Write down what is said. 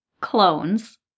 clones